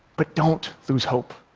but don't lose hope.